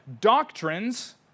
doctrines